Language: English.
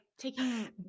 taking